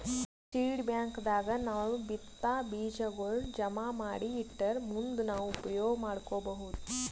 seed bank ದಾಗ್ ನಾವ್ ಬಿತ್ತಾ ಬೀಜಾಗೋಳ್ ಜಮಾ ಮಾಡಿ ಇಟ್ಟರ್ ಮುಂದ್ ನಾವ್ ಉಪಯೋಗ್ ಮಾಡ್ಕೊಬಹುದ್